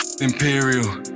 Imperial